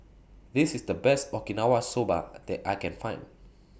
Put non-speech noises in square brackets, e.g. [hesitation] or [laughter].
This IS The Best Okinawa Soba [hesitation] that I Can Find